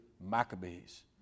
maccabees